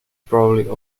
probably